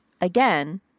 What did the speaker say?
Again